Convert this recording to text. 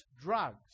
drugs